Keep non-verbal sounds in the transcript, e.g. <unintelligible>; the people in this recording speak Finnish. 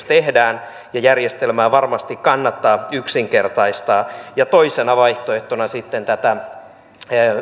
<unintelligible> tehdään ja järjestelmää varmasti kannattaa yksinkertaistaa ja toisena vaihtoehtona sitten tätä